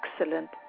excellent